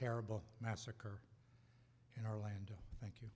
terrible massacre in orlando thank you